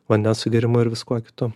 vandens sugėrimu ir viskuo kitu